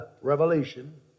revelation